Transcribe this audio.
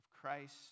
Christ